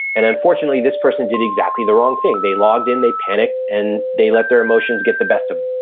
and unfortunately, this person did exactly the wrong thing. they logged in, they panicked and they let their emotions get the best of